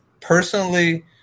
Personally